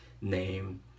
name